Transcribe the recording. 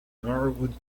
norwood